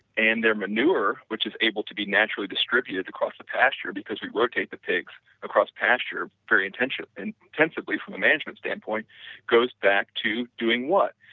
and their manure, which is able to be naturally distribute across the pasture, because we will take the pigs across pasture, but intensively and intensively from the management standpoint goes back to doing what?